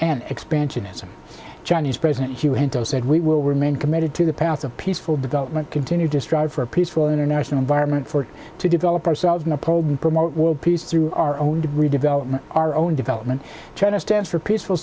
and expansionism chinese president you handle said we will remain committed to the path of peaceful development continue to strive for a peaceful international environment for to develop ourselves in a problem promote world peace through our own redevelopment our own development china stands for peaceful